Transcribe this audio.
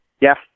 Yes